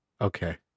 Okay